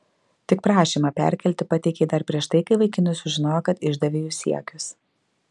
tik prašymą perkelti pateikei dar prieš tai kai vaikinai sužinojo kad išdavei jų siekius